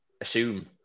assume